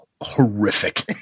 horrific